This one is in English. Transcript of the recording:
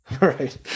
right